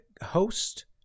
host